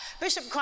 Bishop